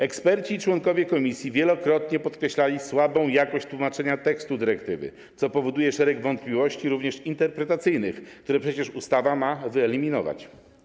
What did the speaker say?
Eksperci i członkowie komisji wielokrotnie podkreślali słabą jakość tłumaczenia tekstu dyrektywy, co powoduje szereg wątpliwości, również interpretacyjnych, które przecież ustawa ma wyeliminować.